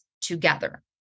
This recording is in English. together